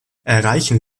erreichen